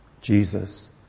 Jesus